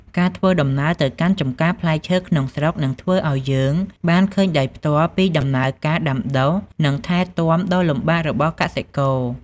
ការធ្វើដំណើរទៅកាន់ចម្ការផ្លែឈើក្នុងស្រុកនឹងធ្វើឱ្យយើងបានឃើញដោយផ្ទាល់ពីដំណើរការដាំដុះនិងថែទាំដ៏លំបាករបស់កសិករ។